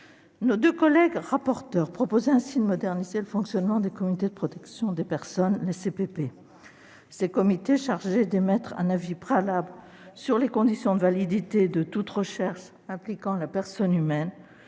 Nos deux collègues rapporteures proposaient ainsi de moderniser le fonctionnement des comités de protection des personnes, les CPP. Ces comités, chargés d'émettre un avis préalable sur les conditions de validité de toute recherche impliquant la personne humaine,